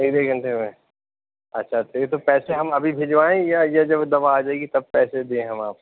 آدھے گھنٹے میں اچھا ٹھیک ہے تو پیسے ہم ابھی بھیجوائیں یا یہ جب دوا آ جائے گی تب پیسے دیں ہم آپ کو